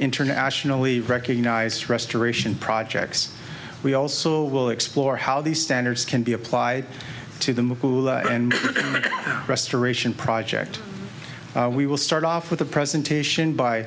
internationally recognized restoration projects we also will explore how these standards can be applied to the restoration project we will start off with a presentation by